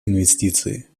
инвестиции